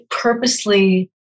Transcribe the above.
purposely